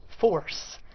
force